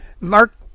Mark